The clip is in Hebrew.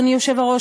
אדוני היושב-ראש,